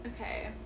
Okay